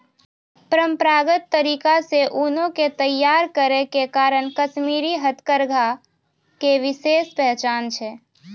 परंपरागत तरीका से ऊनो के तैय्यार करै के कारण कश्मीरी हथकरघा के विशेष पहचान छै